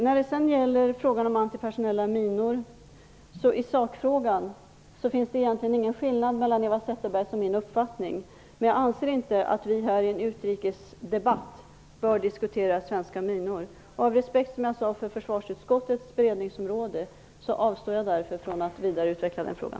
När det sedan gäller frågan om antipersonella minor finns det i sakfrågan egentligen ingen skillnad mellan Eva Zetterbergs och min uppfattning, men jag anser inte att vi i en utrikesdebatt här bör diskutera svenska minor. Som jag sagt avstår jag av respekt för försvarsutskottets beredningsområde från att vidareutveckla den frågan.